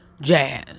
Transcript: jazz